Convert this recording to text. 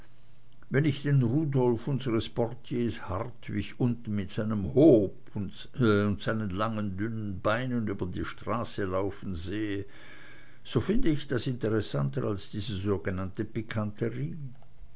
wenn ich den rudolf unsers portiers hartwig unten mit seinem hoop und seinen dünnen langen berliner beinen über die straße laufen sehe so find ich das interessanter als diese sogenannte pikanterie